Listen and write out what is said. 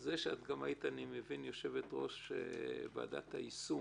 זה שהיית יושבת-ראש ועדת היישום.